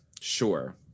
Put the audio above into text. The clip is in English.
sure